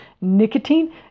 nicotine